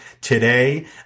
today